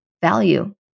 value